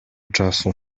czasu